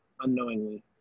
unknowingly